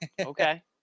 Okay